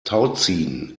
tauziehen